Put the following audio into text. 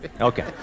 okay